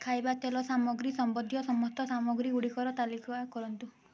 ଖାଇବା ତେଲ ସାମଗ୍ରୀ ସମ୍ବନ୍ଧୀୟ ସମସ୍ତ ସାମଗ୍ରୀଗୁଡ଼ିକର ତାଲିକା କରନ୍ତୁ